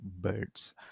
birds